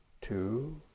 two